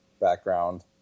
background